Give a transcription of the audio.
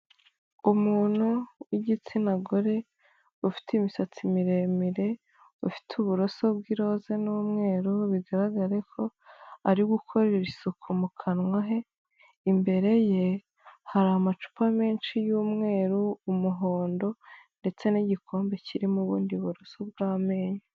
Umuntu w'igitsina gore ufite imisatsi miremire, ufite uburoso bw'iroza n'umweru bigaragare ko ari gukora ibisuku mu kanwa he, imbere ye hari amacupa menshi y'umweru, umuhondo, ndetse n'igikombe kirimo ubundi buroso bw'amenyo.